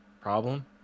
problem